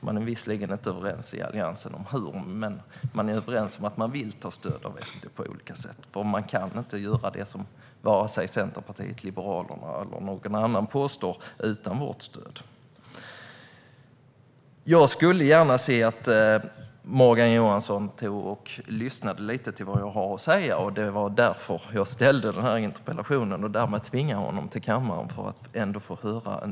Man är visserligen inte överens inom Alliansen om hur, men man är överens om att man vill ta stöd av SD på olika sätt. Det är inte möjligt att göra något för vare sig Centerpartiet, Liberalerna eller någon annan utan vårt stöd. Jag skulle gärna se att Morgan Johansson lyssnade lite på vad jag har att säga, och det var därför jag väckte interpellationen för att därmed tvinga honom till kammaren.